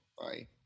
Bye